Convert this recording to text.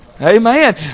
Amen